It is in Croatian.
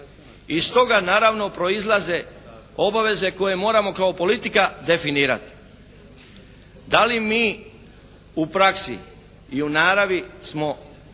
Iz toga naravno proizlaze obaveze koje moramo kao politika definirati. Da li mi u praksi i u naravi smo